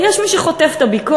יש מי שחוטף את הביקורת,